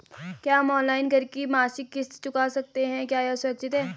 क्या हम ऑनलाइन घर की मासिक किश्त चुका सकते हैं क्या यह सुरक्षित है?